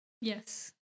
Yes